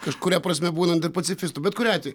kažkuria prasme būnant ir pacifistu bet kuriuo atveju